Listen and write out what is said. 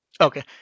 Okay